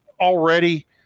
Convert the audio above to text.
already